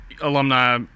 alumni